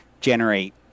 generate